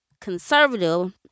conservative